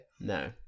No